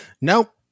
nope